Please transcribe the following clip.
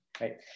right